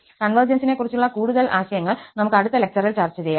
കൺവെർജൻസിനെക്കുറിച്ചുള്ള കൂടുതൽ ആശയങ്ങൾ നമുക് അടുത്ത ലെക്ചറിൽ ചർച്ച ചെയ്യാം